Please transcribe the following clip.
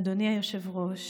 אדוני היושב-ראש,